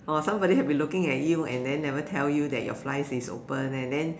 or somebody have been looking at you and then never tell you that your fly is open and then